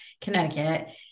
Connecticut